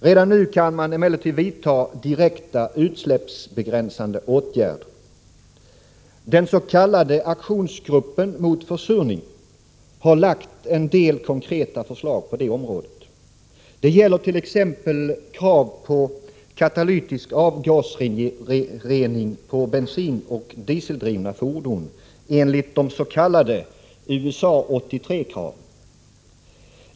Redan nu kan man emellertid vidta direkta utsläppsbegränsande åtgärder. Den s.k. aktionsgruppen mot försurning har lagt fram en del konkreta förslag på det området. Det gäller t.ex. krav på katalytisk avgasrening på bensinoch dieseldrivna fordon enligt de s.k. USA 83-kraven.